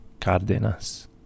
Cardenas